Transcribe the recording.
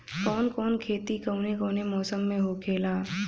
कवन कवन खेती कउने कउने मौसम में होखेला?